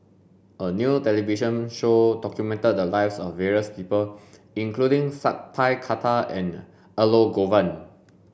a new television show documented the lives of various people including Sat Pal Khattar and Elangovan